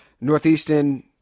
Northeastern